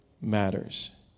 Matters